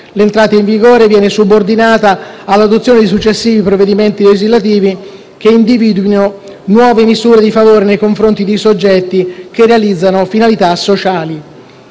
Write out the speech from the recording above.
L'entrata in vigore viene subordinata all'adozione di successivi provvedimenti legislativi che individuino nuove misure di favore nei confronti di soggetti che realizzano finalità sociali.